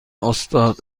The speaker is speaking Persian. استاد